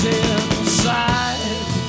inside